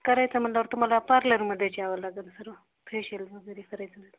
करायचं म्हटल्यावर तुम्हाला पार्लरमध्येच यावं लागेल सर्व फेशियल वगैरे करायला